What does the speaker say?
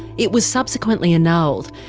it was subsequently annulled,